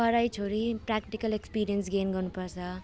पढाइ छोडी practical experience gain गर्नुपर्छ